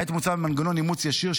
כעת מוצע מנגנון אימוץ ישיר,